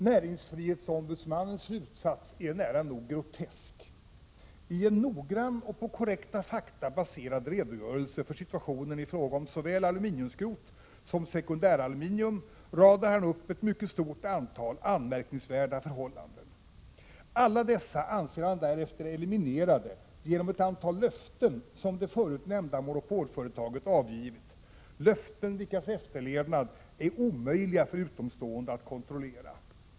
Näringsfrihetsombudsmannens slutsats är nära nog grotesk! I en noggrann och på korrekta fakta baserad redogörelse för situationen i fråga om såväl aluminiumskrot som sekundäraluminium radar han upp ett stort antal mycket anmärkningsvärda förhållanden. Alla dessa anser han därefter eliminerade genom ett antal löften som det förut nämnda monopolföretaget avgivit - löften vilkas efterlevnad är omöjliga för utomstående att kontrollera.